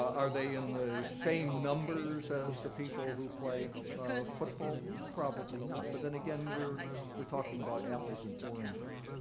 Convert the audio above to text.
are they in the same numbers as the people who play football? probably not. but then again, we're we're talking about apples and oranges.